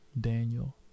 Daniel